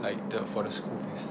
like the for the school fees